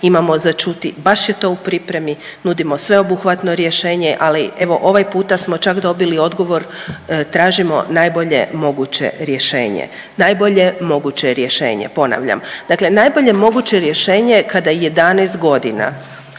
imamo za čuti baš je to u pripremi, nudimo sveobuhvatno rješenje, ali evo ovaj puta smo čak dobili odgovor tražimo najbolje moguće rješenje. Najbolje moguće rješenje, ponavljam. Dakle, najbolje moguće rješenje kada 11 godina